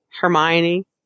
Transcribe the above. Hermione